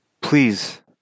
Please